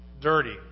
dirty